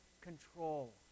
control